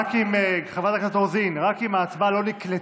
רק אם ההצבעה לא נקלטה